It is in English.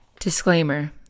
Disclaimer